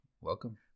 welcome